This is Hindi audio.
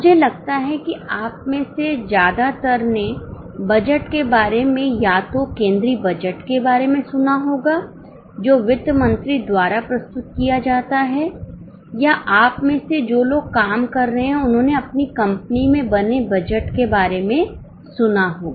मुझे लगता है कि आप में से ज्यादातर ने बजट के बारे में या तो केंद्रीय बजट के बारे में सुना होगा जो वित्त मंत्री द्वारा प्रस्तुत किया जाता है या आप में से जो लोग काम कर रहे हैं उन्होंने अपनी कंपनी में बने बजट के बारे में सुना होगा